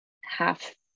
half